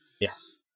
Yes